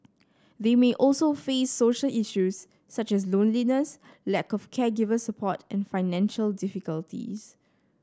they may also face social issues such as loneliness lack of caregiver support and financial difficulties